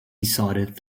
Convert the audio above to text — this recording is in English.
decided